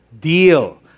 Deal